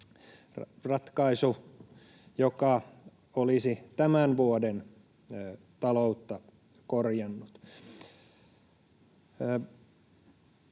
ratkaisu, joka olisi tämän vuoden taloutta korjannut.